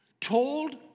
told